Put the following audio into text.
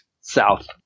south